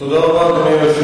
תודה רבה.